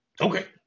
Okay